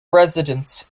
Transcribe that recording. residents